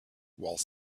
while